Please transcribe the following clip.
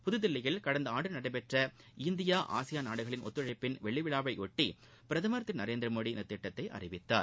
புதுதில்லியில் கடந்த ஆண்டு நடைபெற்ற இந்தியா ஆசியான் நாடுகளின் ஒத்துழைப்பின் வெள்ளி விழாவையாட்டி பிரதமர் திரு நரேந்திரமோடி இந்தத் திட்டத்தை அறிவித்தார்